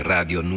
Radio